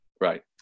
Right